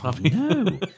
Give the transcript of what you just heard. no